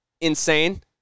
insane